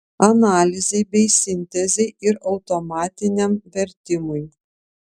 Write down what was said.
analizei bei sintezei ir automatiniam vertimui